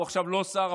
הוא עכשיו לא שר,